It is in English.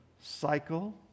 cycle